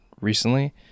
recently